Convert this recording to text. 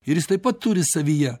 ir jis taip pat turi savyje